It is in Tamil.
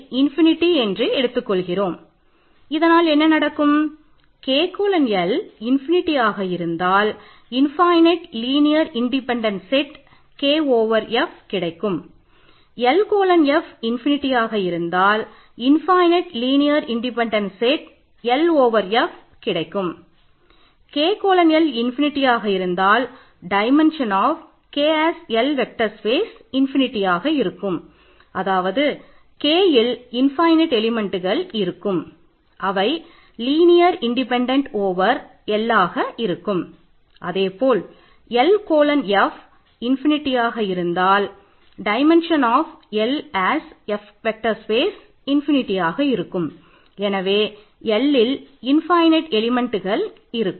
K கோலன் Fஆக இருக்கும்